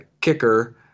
Kicker